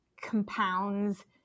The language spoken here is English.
compounds